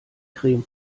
creme